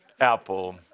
Apple